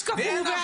אז קבעו,